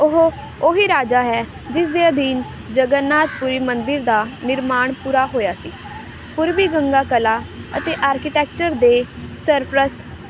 ਉਹ ਉਹੀ ਰਾਜਾ ਹੈ ਜਿਸ ਦੇ ਅਧੀਨ ਜਗਨਨਾਥ ਪੁਰੀ ਮੰਦਰ ਦਾ ਨਿਰਮਾਣ ਪੂਰਾ ਹੋਇਆ ਸੀ ਪੂਰਬੀ ਗੰਗਾ ਕਲਾ ਅਤੇ ਆਰਕੀਟੈਕਚਰ ਦੇ ਸਰਪ੍ਰਸਤ